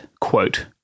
quote